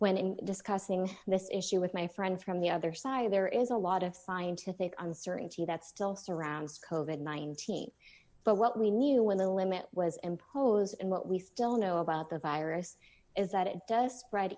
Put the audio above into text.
when in discussing this issue with my friend from the other side there is a lot of scientific uncertainty that still surrounds kovan ninety but what we knew when the limit was imposed and what we still know about the virus is that it does spread